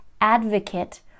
advocate